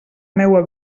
meua